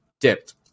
dipped